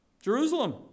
Jerusalem